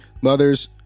Mothers